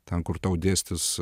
ten kur tau dėstys